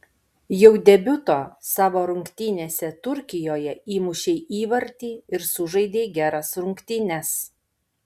jau debiuto savo rungtynėse turkijoje įmušei įvartį ir sužaidei geras rungtynes